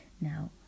now